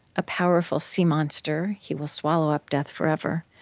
a powerful sea monster. he will swallow up death forever,